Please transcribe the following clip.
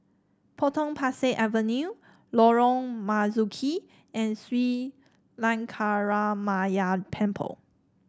Potong Pasir Avenue Lorong Marzuki and Sri Lankaramaya Temple